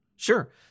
Sure